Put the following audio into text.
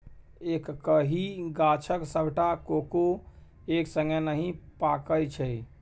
एक्कहि गाछक सबटा कोको एक संगे नहि पाकय छै